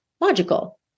logical